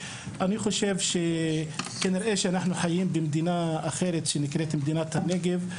אני חושב שכנראה אנחנו חיים במדינה אחרת שנקראת מדינת הנגב.